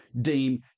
deem